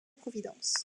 providence